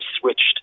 switched